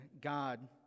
God